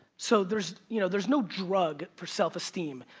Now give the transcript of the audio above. so, there's you know there's no drug for self-esteem.